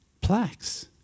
plaques